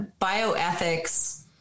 bioethics